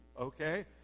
okay